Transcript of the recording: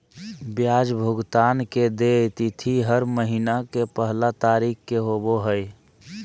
ब्याज भुगतान के देय तिथि हर महीना के पहला तारीख़ के होबो हइ